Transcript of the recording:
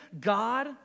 God